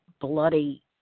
bloody